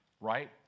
right